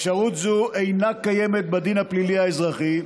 אפשרות זו אינה קיימת בדין הפלילי האזרחי,